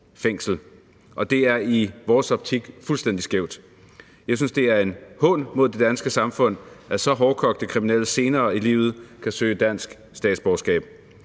fængsel. Det er i vores optik fuldstændig skævt. Jeg synes, det er en hån mod det danske samfund, at så hårdkogte kriminelle senere i livet kan søge dansk statsborgerskab.